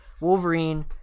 Wolverine